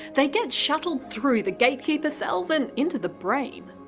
they get shuttled through the gatekeeper cells and into the brain.